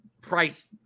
price